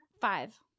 five